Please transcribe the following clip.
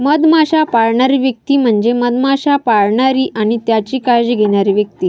मधमाश्या पाळणारी व्यक्ती म्हणजे मधमाश्या पाळणारी आणि त्यांची काळजी घेणारी व्यक्ती